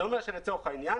זה אומר שלצורך העניין,